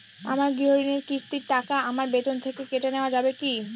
আমার গৃহঋণের কিস্তির টাকা আমার বেতন থেকে কেটে নেওয়া যাবে কি?